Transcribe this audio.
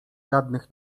żadnych